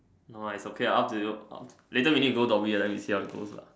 no ah it's okay up to you later we need to go Dhoby then we see how it goes lah